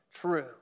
true